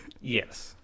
Yes